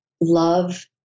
love